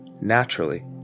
naturally